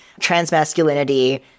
transmasculinity